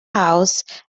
house